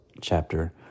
chapter